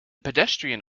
pedestrian